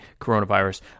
coronavirus